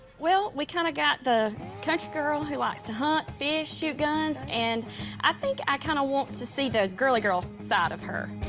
well, we kind of got the country girl who likes to hunt, fish, shoot guns, and i think i kind of want to see the girly-girl side of her.